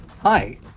Hi